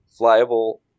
flyable